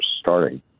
starting